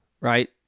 right